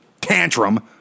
tantrum